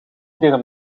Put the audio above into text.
iedere